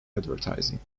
advertising